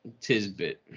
tisbit